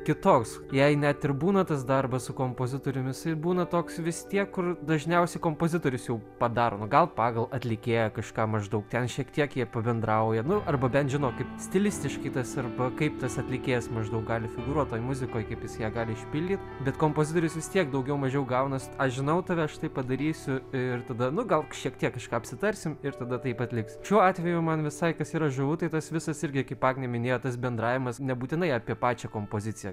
kitoks jei net ir būna tas darbas su kompozitorium jisai būna toks vis tiek kur dažniausiai kompozitorius jau padaro nu gal pagal atlikėją kažką maždaug ten šiek tiek jie pabendrauja nu arba bent žino kaip stilistiškai tas arba kaip tas atlikėjas maždaug gali figūruot toj muzikoj kaip jis ją gali išpildyt bet kompozitorius vis tiek daugiau mažiau gaunas aš žinau tave aš taip padarysiu ir tada nu gal šiek tiek kažką apsitarsim ir tada taip atliksi šiuo atveju man visai kas yra žavu tai tas visas irgi kaip agnė minėjo tas bendravimas nebūtinai apie pačią kompoziciją